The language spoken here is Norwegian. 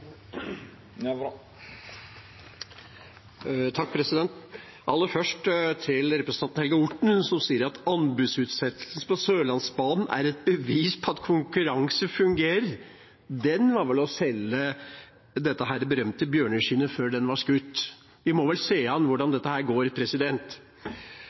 Aller først til representanten Helge Orten, som sier at anbudsutsettelsen på Sørlandsbanen er et bevis på at konkurranse fungerer. Det er vel å selge det berømte bjørneskinnet før bjørnen er skutt. Vi må vel se an hvordan